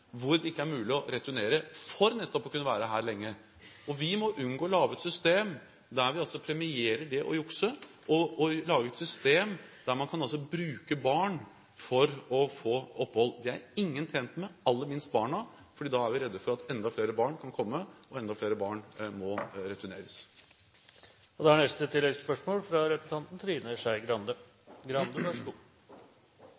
hvor det ikke er mulig å returnere for nettopp å kunne være her lenge. Vi må unngå å lage et system der vi premierer det å jukse, og der man bruker barn for å få opphold. Det er ingen tjent med – aller minst barna, for da er vi redd for at enda flere barn kan komme, og enda flere barn må returneres. Trine Skei Grande – til oppfølgingsspørsmål. Når representanten